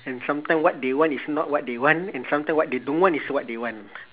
and sometime what they want is not what they want and sometime what they don't want is what they want